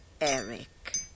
Eric